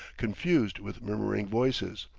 confused with murmuring voices.